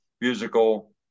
musical